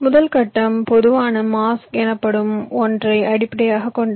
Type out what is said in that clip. முதல் கட்டம் பொதுவான மாஸ்க் எனப்படும் ஒன்றை அடிப்படையாகக் கொண்டது